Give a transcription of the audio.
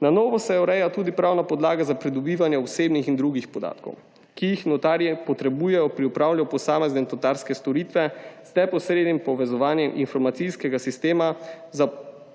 Na novo se ureja tudi pravna podlaga za pridobivanje osebnih in drugih podatkov, ki jih notarji potrebujejo pri opravljanju posamezne notarske storitve z neposrednim povezovanjem informacijskega sistema za